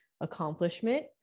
accomplishment